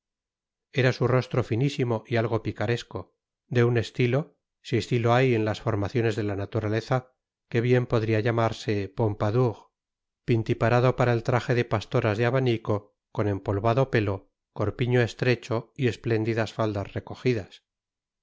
era su rostro finísimo y algo picaresco de un estilo si estilo hay en las formaciones de la naturaleza que bien podría llamarse pompadour pintiparado para el traje de pastoras de abanico con empolvado pelo corpiño estrecho y espléndidas faldas recogidas